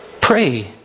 Pray